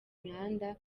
mihanda